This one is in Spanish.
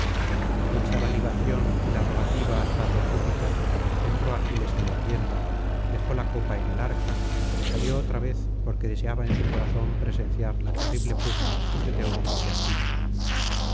hecha la libación y la rogativa al padre júpiter entró aquiles en la tienda dejó la copa en el arca y salió otra vez porque deseaba en su corazón presenciar la terrible pugna de teneros y aquivos